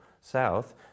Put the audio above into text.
south